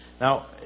Now